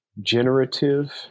generative